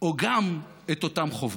או גם את אותן חובות.